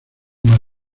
más